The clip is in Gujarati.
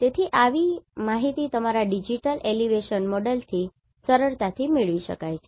તેથી આવી માહિતી તમારા ડિજિટલ એલિવેશન મોડેલથી સરળતાથી મેળવી શકાય છે